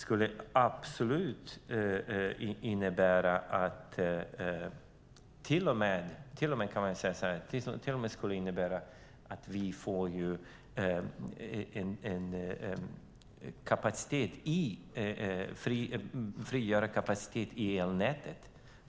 Det skulle till och med innebära att vi får en friare kapacitet i elnätet.